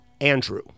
Andrew